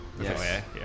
Yes